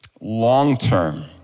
Long-term